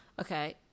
Okay